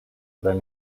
than